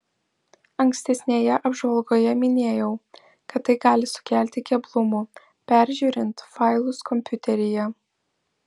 ankstesnėje apžvalgoje minėjau kad tai gali sukelti keblumų peržiūrint failus kompiuteryje